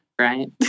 right